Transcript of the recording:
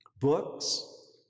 books